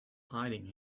hiding